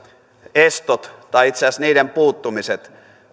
estot tai itse asiassa niiden puuttumisen